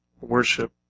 worship